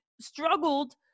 struggled